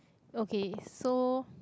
okay so